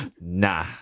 Nah